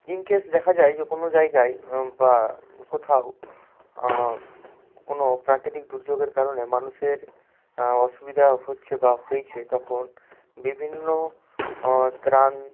in case দেখা যায় যে কোনো জায়গায় বা কোথাও কোনো প্রাকৃতিক দুর্যোগের কারণে মানুষের অসুবিধা হচ্ছে বা হয়েছে তখন বিভিন্ন ত্রাণ